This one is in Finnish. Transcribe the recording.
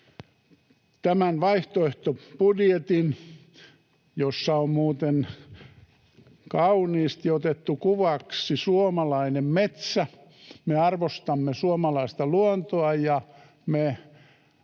tämän vaihtoehtobudjetin, jossa on muuten kauniisti otettu kuvaksi suomalainen metsä. Me arvostamme suomalaista luontoa, ja me